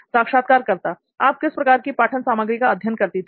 साक्षात्कारकर्ता आप किस प्रकार की पाठन सामग्री का अध्ययन करती थी